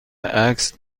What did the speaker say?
عکس